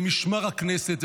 למשמר הכנסת,